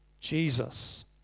Jesus